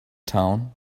town